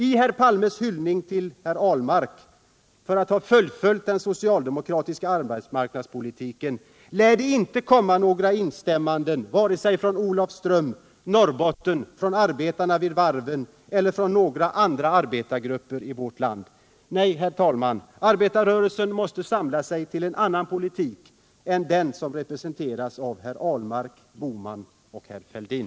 I herr Palmes hyllning till herr Ahlmark för att han fullföljt den socialdemokratiska arbetsmarknadspolitiken lär det inte komma några instämmanden vare sig från Olofström, från Norrbotten, från arbetarna vid varven eller från andra arbetargrupper i vårt land. Nej, herr talman! Arbetarrörelsen måste samla sig till en annan politik än den som representeras av herrar Ahlmark, Bohman och Fälldin.